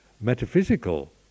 metaphysical